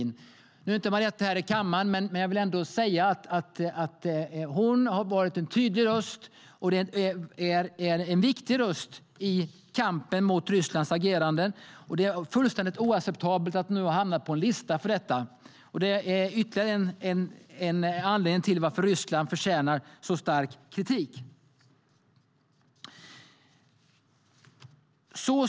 Nu är inte Marietta här i kammaren, men jag vill ändå säga att hon har varit en tydlig och viktig röst i kampen mot Rysslands ageranden. Det är fullständigt oacceptabelt att hon nu har hamnat på en lista för detta. Det är ytterligare en anledning till att Ryssland förtjänar så stark kritik.